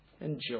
enjoy